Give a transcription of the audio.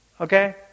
Okay